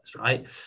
right